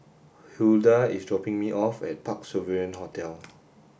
Huldah is dropping me off at Parc Sovereign Hotel